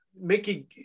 Mickey